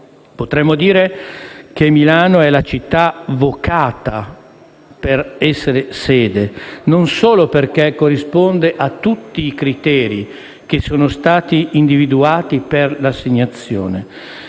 Potremmo dire che Milano è la città vocata per essere sede, non solo perché corrisponde a tutti criteri individuati per l'assegnazione,